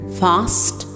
fast